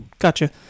Gotcha